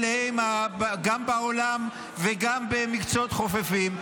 ממקביליהם גם בעולם וגם במקצועות חופפים,